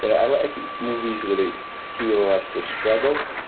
and i like movies where the hero has to struggle